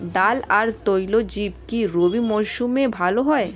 ডাল আর তৈলবীজ কি রবি মরশুমে ভালো হয়?